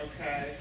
Okay